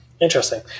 Interesting